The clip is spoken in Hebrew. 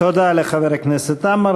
תודה לחבר הכנסת עמאר.